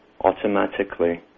automatically